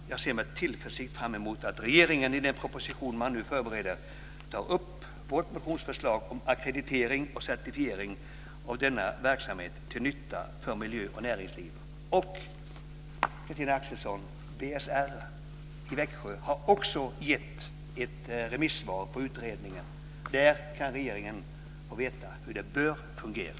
Jag ser med tillförsikt fram emot att regeringen i den proposition som man nu förbereder tar upp vårt motionsförslag om ackreditering och certifiering av denna verksamhet till nytta för miljö och näringsliv. Och, Christina Axelsson, BSR i Växjö har också gett ett remissvar på utredningen. Där kan regeringen få veta hur det bör fungera.